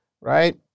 right